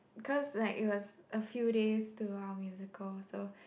cause like it was a few days to our musical so